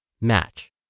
match